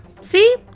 See